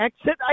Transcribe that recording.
exit